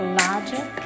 logic